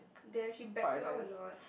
there she backs you up a lot